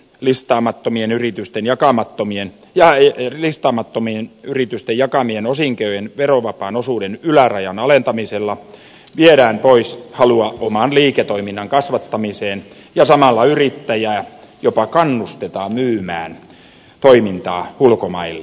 listaamattomien yritysten jakamattomien jari ei listaamattomien yritysten jakamien osinkojen verovapaan osuuden ylärajan alentamisella viedään pois halua oman liiketoiminnan kasvattamiseen ja samalla yrittäjää jopa kannustetaan myymään toimintaa ulkomaille